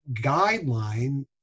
guideline